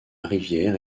rivière